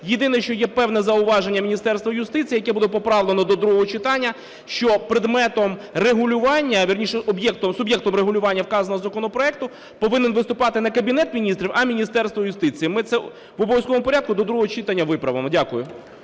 Єдине, що є певне зауваження Міністерства юстиції, яке буде поправлене до другого читання, що предметом регулювання, вірніше, суб'єктом регулювання вказаного законопроекту повинен виступати не Кабінет Міністрів, а Міністерство юстиції. Ми це в обов'язковому порядку до другого читання виправимо. Дякую.